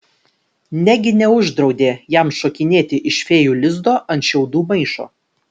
negi neuždraudė jam šokinėti iš fėjų lizdo ant šiaudų maišo